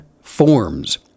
forms